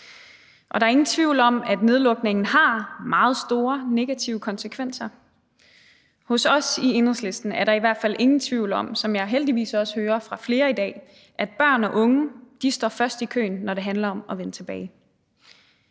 og der er ingen tvivl om, at nedlukningen har meget store negative konsekvenser. Hos os i Enhedslisten er der i hvert fald ingen tvivl om, hvilket jeg heldigvis også hører fra flere i dag, at børn og de unge står først i køen, når det handler om at vende tilbage.